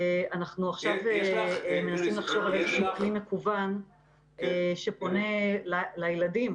אנחנו מנסים לחשוב על משהו מקוון שפונה לילדים